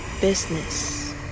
business